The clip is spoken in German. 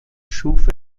schuf